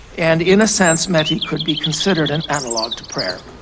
and in a sense meti could be considered an analogue to prayer.